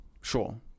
sure